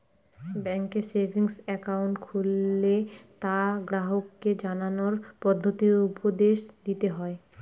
ব্যাঙ্কে savings account খুললে তা গ্রাহককে জানানোর পদ্ধতি উপদেশ দিতে হয়